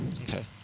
okay